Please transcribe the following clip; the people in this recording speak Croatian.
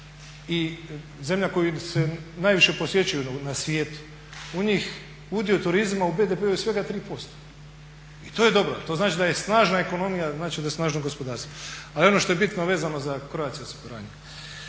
i zemlja koju se najviše posjećuje na svijetu, u njih udio turizma u BDP-u je svega 3%. I to je dobro to znači da je snažna ekonomija, znači da je snažno gospodarstvo. Ali ono što je bitno vezano za Croatia-u osiguranje,